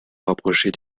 rapprocher